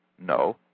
No